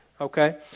okay